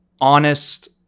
honest